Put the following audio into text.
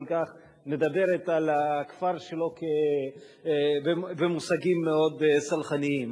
כך מדברת על הכפר שלו במושגים מאוד סלחניים.